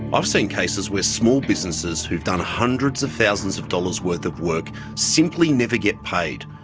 i've seen cases where small businesses who have done hundreds of thousands of dollars' worth of work simply never get paid,